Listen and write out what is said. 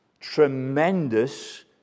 tremendous